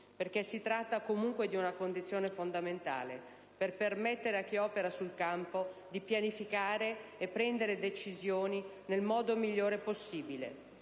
Si tratta comunque di una condizione fondamentale per permettere a chi opera sul campo di pianificare e prendere decisioni nel modo migliore possibile